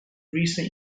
recent